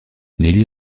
nelly